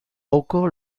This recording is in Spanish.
poco